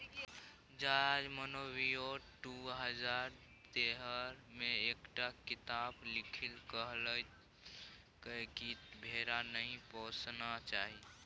George Monbiot दु हजार तेरह मे एकटा किताप लिखि कहलकै कि भेड़ा नहि पोसना चाही